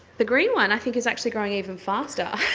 the green one i think is actually growing even faster,